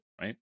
right